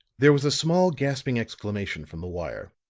there was a small, gasping exclamation from the wire,